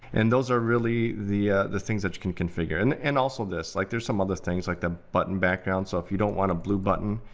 and those are really the the things that you can configure, and and also this. like there's some other things like the button background. so if you don't want a blue button,